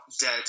dead